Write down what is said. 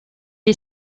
est